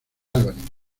albany